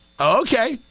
Okay